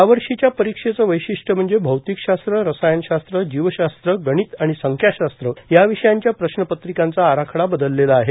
यावर्षीच्या परीक्षेचं वैशिष्ट्य म्हणजे भौतिकशास्त्र रसायनशास्त्र जीवशास्त्र गणित आणि संख्याशास्त्र या विषयांच्या प्रश्नपत्रिकांचा आराखडा बदललेला आहे